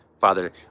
Father